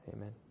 Amen